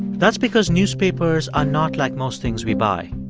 that's because newspapers are not like most things we buy.